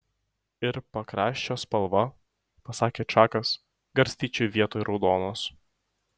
ir pakraščio spalva pasakė čakas garstyčių vietoj raudonos